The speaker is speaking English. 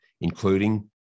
including